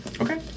Okay